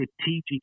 strategic